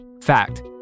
Fact